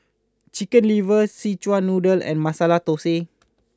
Chicken Liver Szechuan Noodle and Masala Thosai